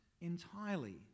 entirely